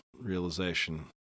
realization